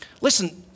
Listen